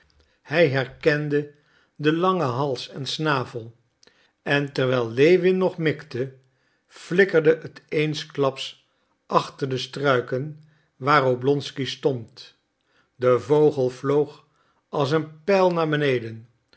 hij herkende den langen hals en snavel en terwijl lewin nog mikte flikkerde het eensklaps achter de struiken waar oblonsky stond de vogel vloog als een pijl naar beneden